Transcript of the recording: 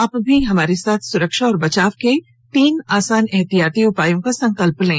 आप भी हमारे साथ सुरक्षा और बचाव के तीन आसान एहतियाती उपायों का संकल्प लें